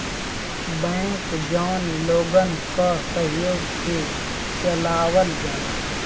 bank जौन लोगन क सहयोग से चलावल जाला